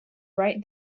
right